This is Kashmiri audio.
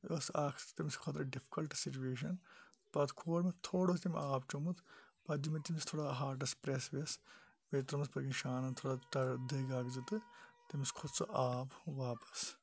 یہِ ٲسۍ اَکھ تٔمِس خٲطرٕ ڈِفکَلٹ سِچُویشَن پَتہٕ کھول مےٚ تھوڑا اوس تمۍ آب چوٚمُت پَتہٕ دیُت مےٚ تٔمِس تھوڑا ہاٹَس پریٚس ویٚس ترومَس پٔتۍ کِنۍ شانَن تھوڑآ دٔگۍ اکھ زٕ تٔمِس کھوٚت سُہ آب واپَس